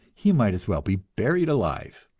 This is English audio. he might as well be buried alive.